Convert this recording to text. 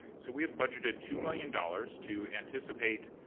so we've budgeted two million dollars to anticipate